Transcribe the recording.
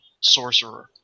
sorcerer